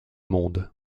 monde